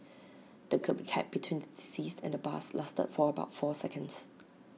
the between the deceased and the bus lasted for about four seconds